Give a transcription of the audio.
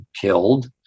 killed